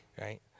right